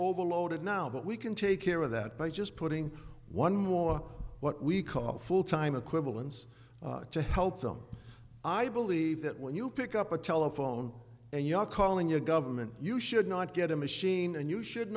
overloaded now but we can take care of that by just putting one more what we call full time equivalence to help them i believe that when you pick up a telephone and you are calling your government you should not get a machine and you should